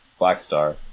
Blackstar